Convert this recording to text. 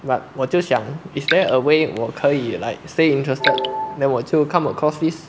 but 我就想 is there a way 我可以 like stay interested then 我就 come across this